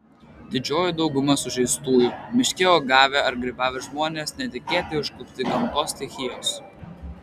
didžioji dauguma sužeistųjų miške uogavę ar grybavę žmonės netikėtai užklupti gamtos stichijos